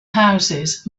houses